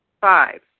Five